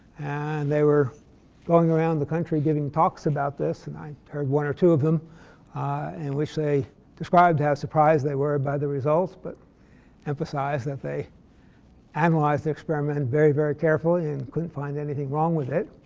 and they were going around the country giving talks about this. and i heard one or two of them in which they described how surprised they were by the results, but emphasized that they analyzed the experiment and very, very carefully and couldn't find anything wrong with it.